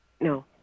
No